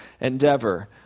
endeavor